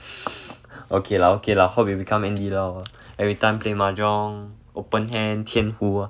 okay lah okay lah hope you become andy lau ah everytime play mahjong open hand 天胡